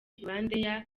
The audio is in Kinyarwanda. rwandair